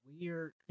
weird